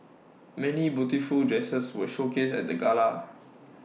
many beautiful dresses were showcased at the gala